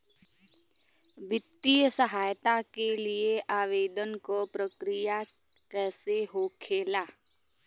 वित्तीय सहायता के लिए आवेदन क प्रक्रिया कैसे होखेला?